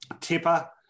Tipper